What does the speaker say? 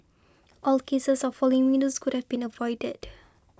all cases of falling windows could have been avoided